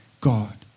God